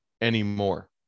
anymore